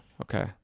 Okay